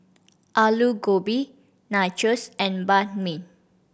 Alu Gobi Nachos and Banh Mi